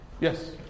Yes